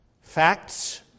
Facts